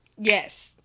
yes